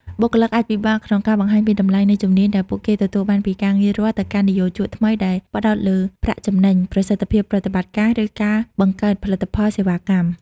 បុគ្គលិកអាចពិបាកក្នុងការបង្ហាញពីតម្លៃនៃជំនាញដែលពួកគេទទួលបានពីការងាររដ្ឋទៅកាន់និយោជកថ្មីដែលផ្តោតលើប្រាក់ចំណេញ ប្រសិទ្ធភាពប្រតិបត្តិការ ឬការបង្កើតផលិតផល/សេវាកម្ម។